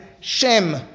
Shem